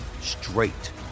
straight